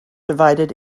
divided